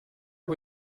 are